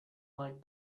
like